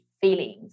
feelings